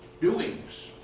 doings